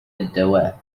الدواء